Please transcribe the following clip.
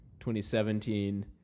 2017